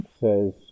says